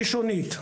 הראשונית.